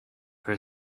her